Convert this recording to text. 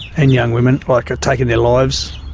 and young women are like taking their lives.